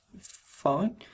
fine